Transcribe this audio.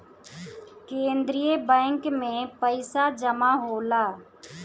केंद्रीय बैंक में पइसा जमा होला